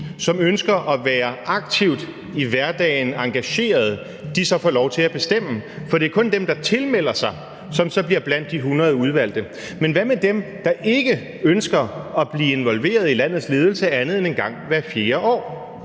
ønsker at være aktivt engagerede, får lov til at bestemme, for det er kun dem, der tilmelder sig, som så bliver blandt de 100 udvalgte. Men hvad med dem, der ikke ønsker at blive involveret i landets ledelse andet end en gang hvert